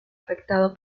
afectado